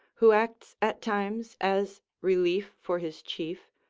who acts at times as relief for his chief,